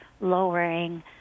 lowering